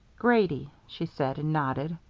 grady, she said, and nodded.